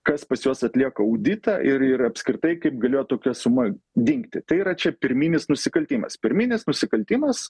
kas pas juos atlieka auditą ir ir apskritai kaip galėjo tokia suma dingti tai yra čia pirminis nusikaltimas pirminis nusikaltimas